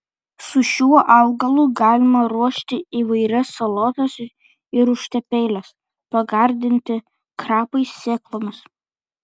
su šiuo augalu galima ruošti įvairias salotas ir užtepėles pagardinti krapais sėklomis